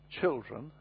children